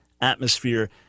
atmosphere